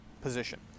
position